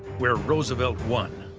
where roosevelt won.